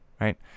Right